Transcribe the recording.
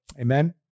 Amen